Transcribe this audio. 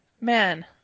man